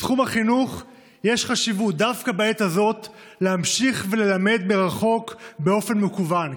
בתחום החינוך יש חשיבות דווקא בעת הזאת להמשיך וללמד מרחוק באופן מקוון.